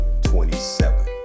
27